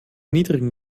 niedrigen